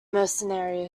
mercenary